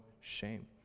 shame